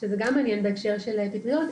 שזה גם מעניין בהקשר של פטריות,